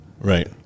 Right